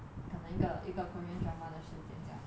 可能一个一个 korean drama 的时间酱